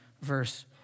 verse